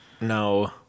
No